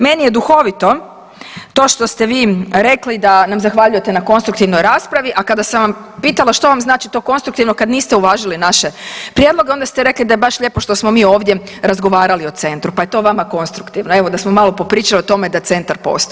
Meni je duhovito to što ste vi rekli da nam zahvaljujete na konstruktivnoj raspravi, a kada sam vas pitala što vam znači to konstruktivno kad niste uvažili naše prijedloge, onda ste rekli da je baš lijepo što smo mi ovdje razgovarali o Centru, pa je to vama konstruktivno, evo, da smo malo popričali o tome da Centar postoji.